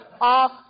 off